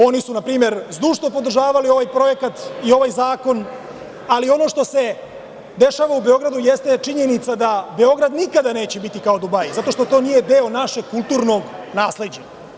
Oni su npr. zdrušno podržavali ovaj projekat i ovaj zakon, ali ono što se dešava u Beogradu jeste činjenica da Beograd nikada neće biti kao Dubaji, zato što to nije deo i naše kulturno nasleđe.